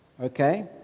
Okay